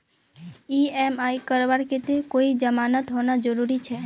EMI करवार केते कोई जमानत होना जरूरी छे?